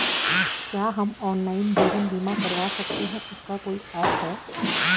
क्या हम ऑनलाइन जीवन बीमा करवा सकते हैं इसका कोई ऐप है?